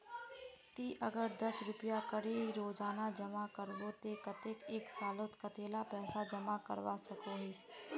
ती अगर दस रुपया करे रोजाना जमा करबो ते कतेक एक सालोत कतेला पैसा जमा करवा सकोहिस?